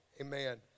Amen